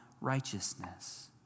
righteousness